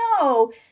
no